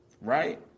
right